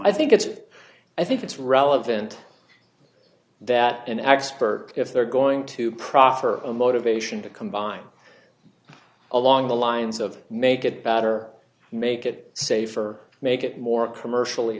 i think it's i think it's relevant that an expert if they're going to proffer a motivation to come by along the lines of make it better make it safer make it more commercially